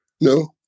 No